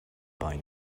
pine